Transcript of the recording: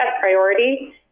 priority